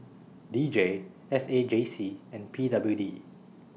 D J S A J C and P W D